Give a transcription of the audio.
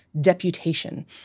deputation